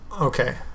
Okay